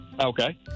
okay